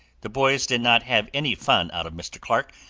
the boys did not have any fun out of mr. clarke,